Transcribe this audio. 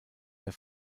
der